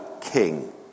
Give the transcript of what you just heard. king